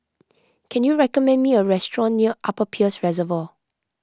can you recommend me a restaurant near Upper Peirce Reservoir